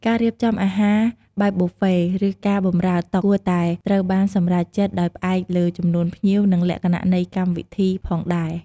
ការរៀបចំអាហារបែបប៊ូហ្វេ ឬការបម្រើតុ គួរតែត្រូវបានសម្រេចចិត្តដោយផ្អែកលើចំនួនភ្ញៀវ និងលក្ខណៈនៃកម្មវិធីផងដែរ។